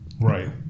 right